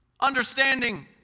understanding